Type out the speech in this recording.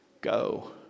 go